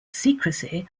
secrecy